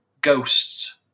Ghosts